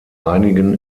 einigen